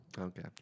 Okay